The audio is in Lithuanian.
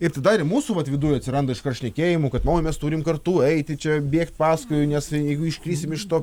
ir tada ir mūsų vat viduj atsiranda iškart šnekėjimu kad mes turim kartu eiti čia bėgt paskui nes jeigu iškrisim iš to